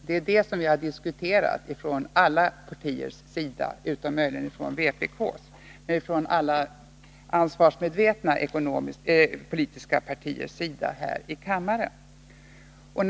Det är detta vi har diskuterat från alla partiers sida — möjligen har inte vpk deltagit i den diskussionen, men alla ekonomiskt ansvarsmedvetna politiska partier har gjort det.